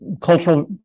cultural